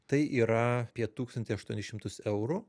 tai yra apie tūkstantį aštuonis šimtus eurų